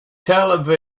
tel